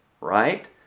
right